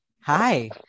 Hi